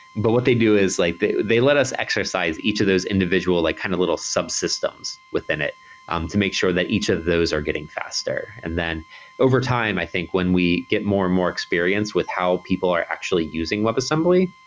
but what they do is like they they let us exercise each of those individual like kind of little subsystems within it um to make sure that each of those are getting faster. and then overtime, i think when we get more and more experience with how people are actually using webassembly,